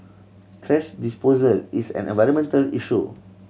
thrash disposal is an environmental issue